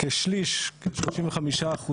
כ-35%